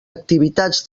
activitats